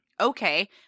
Okay